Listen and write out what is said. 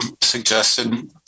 suggested